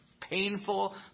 painful